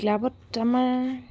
ক্লাবত আমাৰ